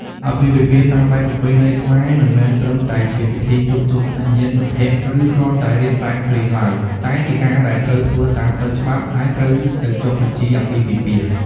អាពាហ៍ពិពាហ៍តាមបែបប្រពៃណីខ្មែរ មិនមែនត្រឹមតែជាពិធីជួបជុំសាច់ញាតិមិត្តភក្តិ ឬគ្រាន់តែរៀបសែនព្រេនឡើយ តែជាការដែលត្រូវធ្វើតាមផ្លូវច្បាប់ ហើយត្រូវទៅចុះបញ្ជីអាពាហ៍ពិពាហ៍។